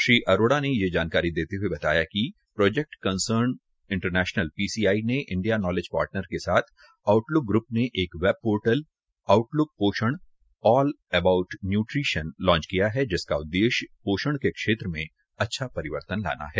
श्री अरोड़ा ने ये जानकारी देते ह्ये बताया कि प्रोजेक्ट कंसर्न इंटरपोल पीसीआई ने इंडिया नोलेज पार्टनर के साथ आउटल्क ग्रप ने एक web portal Outlook Poshan all about nutrition launch किया है जिसका उद्देश्य पोषण के क्षेत्र में अच्छा परिवर्तन लाना है